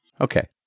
Okay